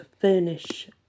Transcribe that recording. furnish